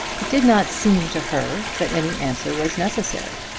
it did not seem to her that any answer was necessary.